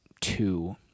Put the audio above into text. two